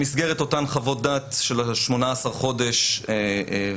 במסגרת אותן חוות דעת של ה-18 חודש והצורך